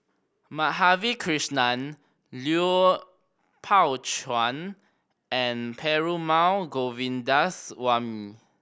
Madhavi Krishnan Lui Pao Chuen and Perumal Govindaswamy